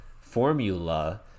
formula